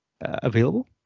available